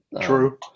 True